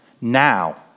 now